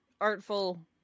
Artful